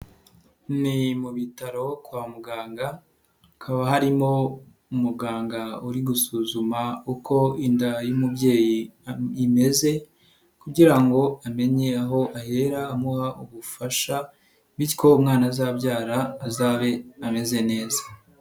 Ni mu bitaro kwa muganga hakaba harimo muganga uri gusuzuma uko inda y'umubyeyi imeze kugira ngo amenye aho ahera amuha ubufasha, bityo umwana azabyara azabe ameze neza.